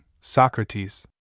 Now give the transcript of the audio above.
Socrates